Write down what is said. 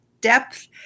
depth